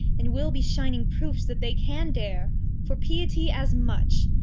and we'll be shining proofs that they can dare for piety as much.